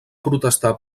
protestar